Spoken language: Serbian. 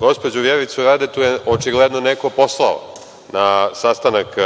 gospođu Vjericu Radetu, je očigledno neko poslao na sastanak